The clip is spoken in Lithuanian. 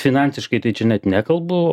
finansiškai tai čia net nekalbu